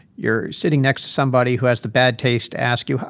you're sitting next to somebody who has the bad taste to ask you,